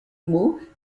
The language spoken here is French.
mot